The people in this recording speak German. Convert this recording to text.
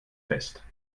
fest